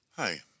Hi